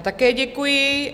Také děkuji.